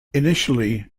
initially